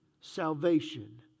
salvation